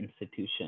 institution